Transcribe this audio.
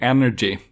Energy